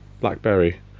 blackberry